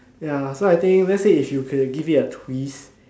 ya so I think let's say you could give it a twist